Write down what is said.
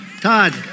Todd